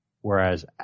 Whereas